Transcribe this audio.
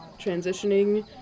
transitioning